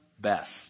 best